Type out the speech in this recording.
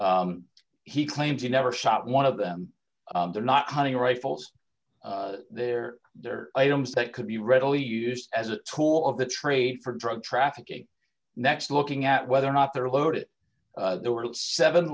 he claims he never shot one of them they're not hunting rifles there are items that could be readily used as a tool of the trade for drug trafficking next looking at whether or not they're loaded there were seven